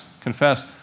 confess